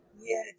Yes